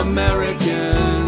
American